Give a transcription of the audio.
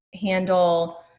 handle